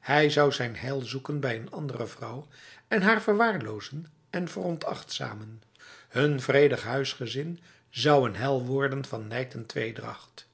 hij zou zijn heil zoeken bij een andere vrouw en haar verwaarlozen en veronachtzamen hun vredig huisgezin zou een hel worden van nijd en tweedracht